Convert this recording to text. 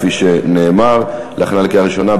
כפי שנאמר, להכנה לקריאה ראשונה.